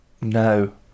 no